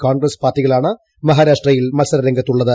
കോൺഗ്രസ് പ്ലാർട്ടികളാണ് മഹരാഷ്ടയിൽ മത്സരരംഗത്തുള്ളത്